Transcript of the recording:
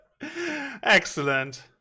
Excellent